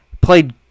Played